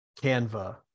Canva